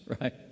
right